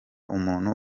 umuntu